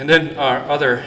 and then our other